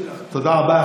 תודה רבה.